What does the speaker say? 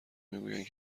میگویند